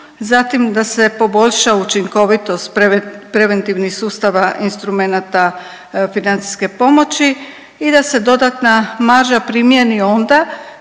zatim da se poboljša učinkovitost preventivnih sustava instrumenata financijske pomoći i da se dodatna marža primjeni onda